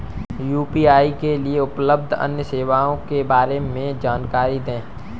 UPI के लिए उपलब्ध अन्य सुविधाओं के बारे में जानकारी दें?